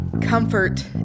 comfort